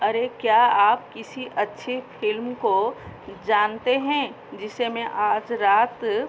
अरे क्या आप किसी अच्छी फिल्म को जानते हैं जिसे मैं आज रात